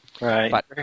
Right